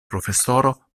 profesoro